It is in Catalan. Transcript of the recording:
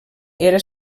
era